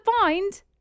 find